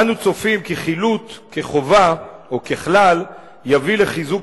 אנו צופים כי חילוט כחובה או ככלל יביא לחיזוק